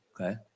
Okay